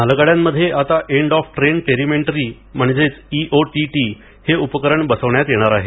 मालगाड्यामध्ये आता end of train telemetry EOTT हे उपकरण बसवण्यात येणार आहे